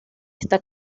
esta